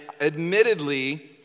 admittedly